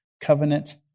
covenant